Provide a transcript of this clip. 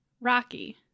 Rocky